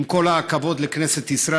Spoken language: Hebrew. עם כל הכבוד לכנסת ישראל,